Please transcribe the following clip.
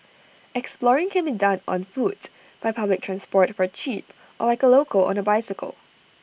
exploring can be done on foot by public transport for cheap or like A local on A bicycle